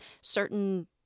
certain